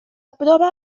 prova